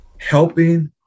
helping